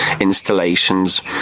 installations